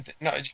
No